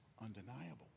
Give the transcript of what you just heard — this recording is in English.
undeniable